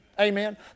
Amen